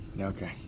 Okay